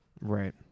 right